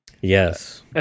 Yes